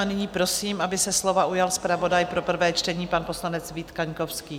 Nyní prosím, aby se slova ujal zpravodaj pro prvé čtení pan poslanec Vít Kaňkovský.